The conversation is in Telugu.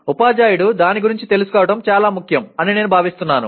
ఉపాధ్యాయుడు దాని గురించి తెలుసుకోవడం చాలా ముఖ్యం అని నేను భావిస్తున్నాను